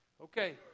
Okay